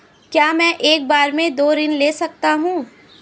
क्या मैं एक बार में दो ऋण ले सकता हूँ?